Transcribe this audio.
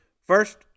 First